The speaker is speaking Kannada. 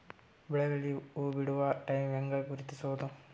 ಬೆಳೆಗಳಲ್ಲಿ ಹೂಬಿಡುವ ಟೈಮ್ ಹೆಂಗ ಗುರುತಿಸೋದ?